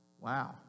Wow